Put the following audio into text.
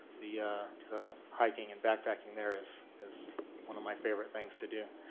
the hiking and backpacking there is is one of my favorite things to do.